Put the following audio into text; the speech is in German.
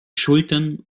schultern